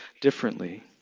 differently